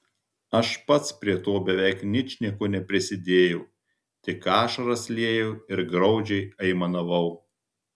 aš pats prie to beveik ničnieko neprisidėjau tik ašaras liejau ir graudžiai aimanavau